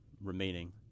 remaining